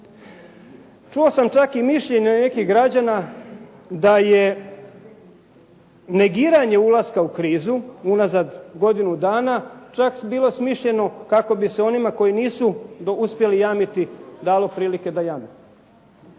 Čuo sam čak i mišljenje nekih građana, da je negiranje ulaska u krizu unazad godinu dana, čak bilo smišljeno kako bi se onima koji nisu uspjeli jamiti dalo prilike da jame.